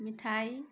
मिठाइ